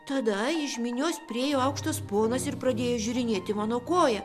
tada iš minios priėjo aukštas ponas ir pradėjo žiūrinėti mano koją